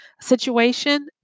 situation